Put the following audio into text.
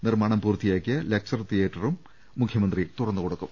നിർമ്മാണം പൂർത്തിയായ ലക്ചർ തിയേറ്റും മുഖ്യമന്ത്രി തുറന്നുകൊടുക്കും